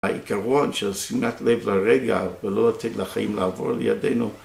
העיקרון של שימת לב לרגע ולא לתת לחיים לעבור לידינו